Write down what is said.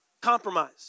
Compromise